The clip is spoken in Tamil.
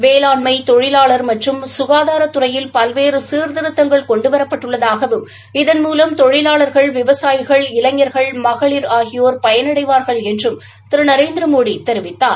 வேளாண்மை தொழிலாளர் மற்றம் சுகாதாரத்துறையில் பல்வேறு சீர்திருத்தங்கள் கொண்டுவரப்பட்டுள்ளதாகவும் இதன்மூலம் தொழிலாளாகள் விவசாயிகள் இளைஞர்கள் பெண்கள் ஆகியோர் பயனடைவார்கள் என்றும் திரு நரேந்திரமோடி தெரிவித்தார்